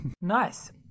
Nice